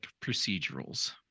procedurals